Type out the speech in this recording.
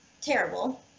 terrible